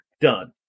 done